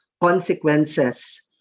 consequences